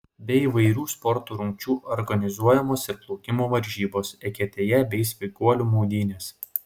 be įvairių sporto rungčių organizuojamos ir plaukimo varžybos eketėje bei sveikuolių maudynės